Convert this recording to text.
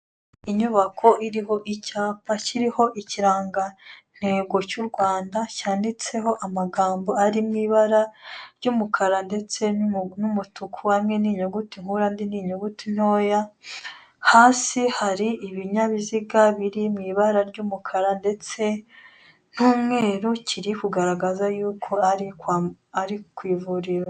Inyubako iriho icyapa kiriho ikirangantego cy'u Rwanda cyanditseho amagambo arimo ibara ry'umukara ndetse n'umutuku hamwe n'inyuguti nkuru ahandi ni inyuguti ntoya, hasi hari ibinyabiziga biri mu ibara ry'umukara ndetse n'umweru kiri kugaragaza yuko ari ku ivuriro.